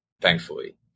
thankfully